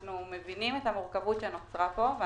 אנחנו מבינים את המורכבות שנוצרה כאן.